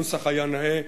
הנוסח היה נאה,